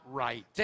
right